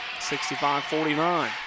65-49